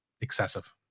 excessive